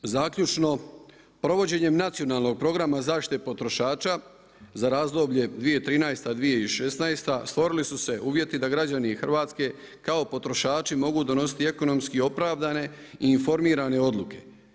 Da ne duljim zaključno, provođenjem Nacionalnog programa zaštite potrošača za razdoblje 2013.-2016. stvorili su se uvjeti da građani Hrvatske kao potrošači mogu donositi ekonomski opravdane i informirane odluke.